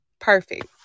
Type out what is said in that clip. Perfect